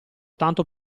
tanto